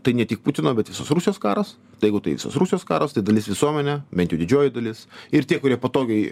tai ne tik putino bet visos rusijos karas tai jeigu tai visos rusijos karas tai dalis visuomenė bent jau didžioji dalis ir tie kurie patogiai